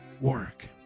work